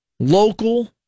Local